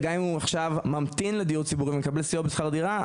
גם אם הוא ממתין לדיור ציבורי ומקבל סיוע בשכר דירה,